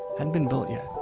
and been built yet.